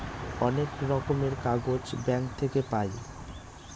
অনেক রকমের কাগজ ব্যাঙ্ক থাকে পাই